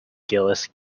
gillis